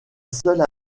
seule